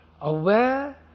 aware